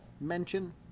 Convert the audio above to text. mention